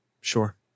Sure